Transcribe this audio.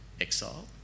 exile